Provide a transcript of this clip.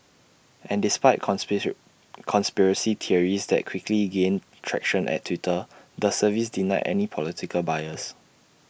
and despite conspiracy conspiracy theories that quickly gained traction at Twitter the service denied any political bias